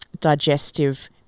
digestive